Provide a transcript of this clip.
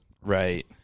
Right